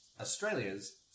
Australia's